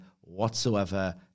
whatsoever